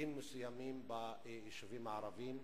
במוקדים מסוימים ביישובים הערביים.